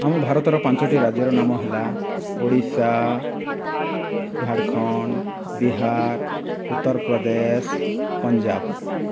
ଆମ ଭାରତର ପାଞ୍ଚଟି ରାଜ୍ୟର ନାମ ହେଲା ଓଡ଼ିଶା ଝାଡ଼ଖଣ୍ଡ ବିହାର ଉତ୍ତରପ୍ରଦେଶ ପଞ୍ଜାବ